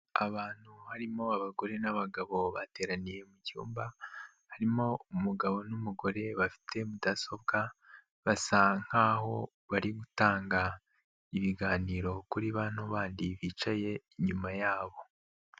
Abantu harimo abagore n'abagabo bateraniye mu cyumba harimo umugabo n'umugore bafite mudasobwa basa nkaho bari gutanga ibiganiro kuri bano bandi bicaye inyuma yabo.